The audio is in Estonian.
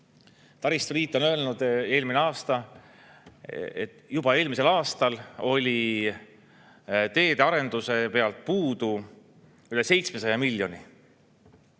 taristu liit on öelnud, et juba eelmisel aastal oli teede arendusest puudu üle 700 miljoni.